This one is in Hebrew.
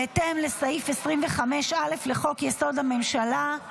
בהתאם לסעיף 25(א) לחוק-יסוד: הממשלה.